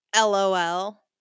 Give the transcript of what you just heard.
LOL